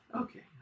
Okay